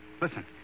Listen